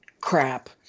crap